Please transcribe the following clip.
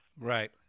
Right